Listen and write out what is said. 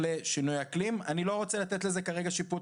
במרחב הציבורי היום זאת נקודת תורפה שאנחנו נכנסים לשים עליה דגש,